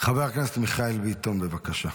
חבר הכנסת מיכאל ביטון, בבקשה.